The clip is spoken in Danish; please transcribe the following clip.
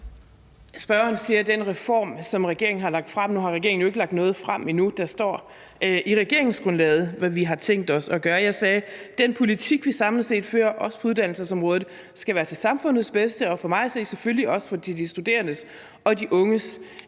Spørgeren taler om den reform, som regeringen har lagt frem. Nu har regeringen jo ikke lagt noget frem endnu. Der står i regeringsgrundlaget, hvad vi har tænkt os at gøre. Jeg sagde, at den politik, vi samlet set fører, også på uddannelsesområdet, skal være til samfundets bedste og for mig at se selvfølgelig også til de studerendes og de unges